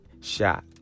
shot